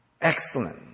Excellent